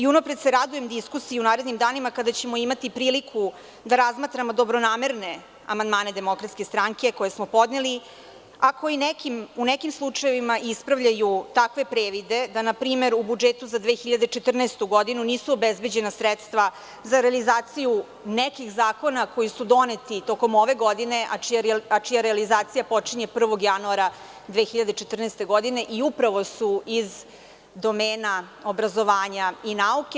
Unapred se radujem diskusiji u narednim danima, kada ćemo imati priliku da razmatramo dobronamerne amandmane DS koje smo podneli, a koji u nekim slučajevima ispravljaju takve previde da npr. u budžetu za 2014. godinu nisu obezbeđena sredstva za realizaciju nekih zakona koji su doneti tokom ove godine, a čija realizacija počinje 1. januara 2014. godine i upravo su iz domena obrazovanja i nauke.